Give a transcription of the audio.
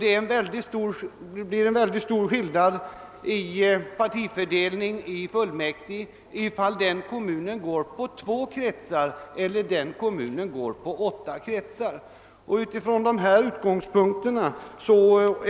Det kan bli en stor skillnad i partifördelningen i fullmäktige beroende på om kommunen beslutar om två kretsar eller om åtta.